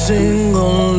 single